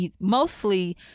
mostly